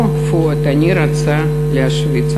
פה, פואד, אני רוצה להשוויץ.